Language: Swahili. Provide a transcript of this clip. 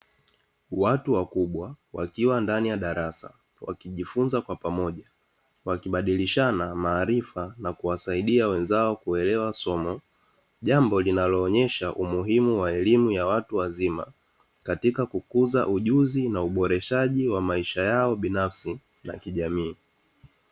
Watu wakubwa, wakiwa ndani ya darasa wakijifunza kwa pamoja, wakibadilishana maarifa na kuwasaidia wenzao kuelewa somo, jambo linaloonyesha umuhimu wa elimu ya watu wazima katika kukuza ujuzi, uboreshaji wa maisha yao binafsi na kijamii.